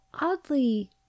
oddly